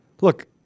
look